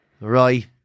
Right